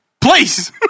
please